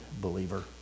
believer